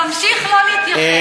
תמשיך לא להתייחס.